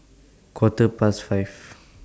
Quarter Past five